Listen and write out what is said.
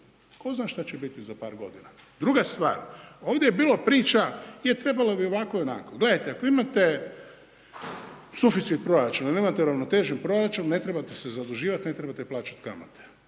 tko zna šta će biti za par godina. Druga stvar, ovdje je bilo priča, je trebalo bi ovako i onako. Gledajte, ako imate suficit proračuna, ako imate uravnotežen proračun ne trebate se zaduživat ne trebate plaćati kamate.